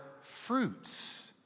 fruits